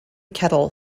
kettle